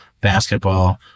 basketball